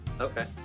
Okay